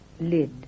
lid